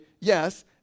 yes